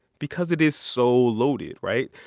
because it is so loaded, right?